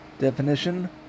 Definition